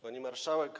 Pani Marszałek!